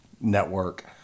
network